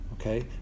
okay